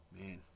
Man